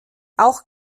auch